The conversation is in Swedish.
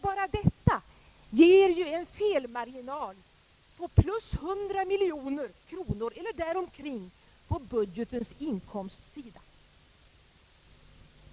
Bara detta ger ju en felmagrinal på plus 100 miljoner kronor eller däromkring på budgetens inkomstsida.